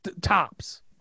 tops